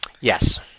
Yes